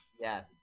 Yes